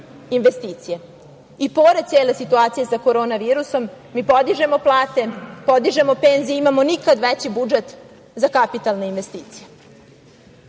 cele situacije sa korona virusom, mi podižemo plate, podižemo penzije, imamo nikad veći budžet za kapitalne investicije.